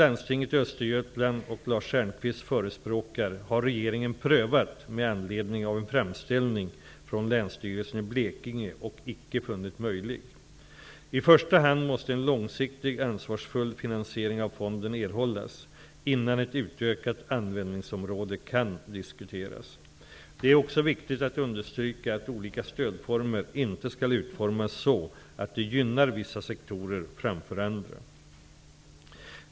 Lars Stjernkvist förespråkar har regeringen prövat med anledning av en framställning från Länsstyrelsen i Blekinge och inte funnit möjlig. I första hand måste en långsiktigt ansvarsfull finansiering av fonden erhållas, innan ett utökat användningsområde kan diskuteras. Det är också viktigt att understryka att olika stödformer inte skall utformas så, att de gynnar vissa sektorer framför andra.